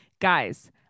guys